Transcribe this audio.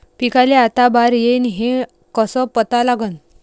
पिकाले आता बार येईन हे कसं पता लागन?